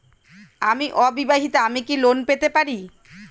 আমি অবিবাহিতা আমি কি লোন পেতে পারি?